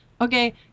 Okay